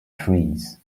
trees